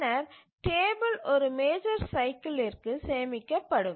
பின்னர் டேபிள் ஒரு மேஜர் சைக்கிலிற்கு சேமிக்கப்படும்